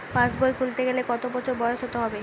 পাশবই খুলতে গেলে কত বছর বয়স হতে হবে?